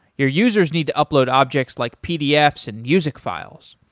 your users need to upload objects like pdfs and music files.